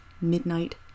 Midnight